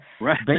right